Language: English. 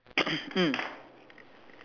mm